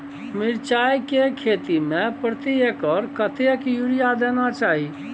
मिर्चाय के खेती में प्रति एकर कतेक यूरिया देना चाही?